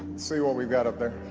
see what we've got up there.